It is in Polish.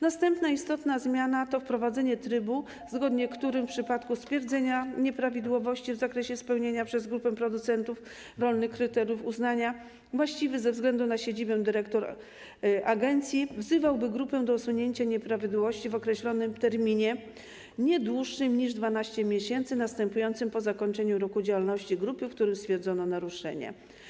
Następna istotna zmiana to wprowadzenie trybu, zgodnie z którym w przypadku stwierdzenia nieprawidłowości w zakresie spełniania przez grupę producentów rolnych kryteriów uznania właściwy ze względu na siedzibę dyrektor agencji wzywałby grupę do usunięcia nieprawidłowości w określonym terminie, nie dłuższym niż 12 miesięcy następujących po zakończeniu roku działalności grupy, w którym stwierdzono naruszenie.